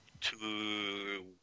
two